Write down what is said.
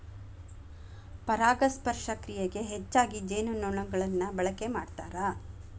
ಪರಾಗಸ್ಪರ್ಶ ಕ್ರಿಯೆಗೆ ಹೆಚ್ಚಾಗಿ ಜೇನುನೊಣಗಳನ್ನ ಬಳಕೆ ಮಾಡ್ತಾರ